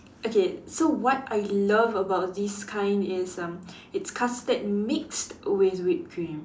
okay so what I love about this kind is um it's custard mixed with whip cream